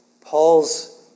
Paul's